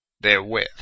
therewith